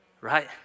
right